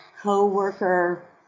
co-worker